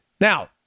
Now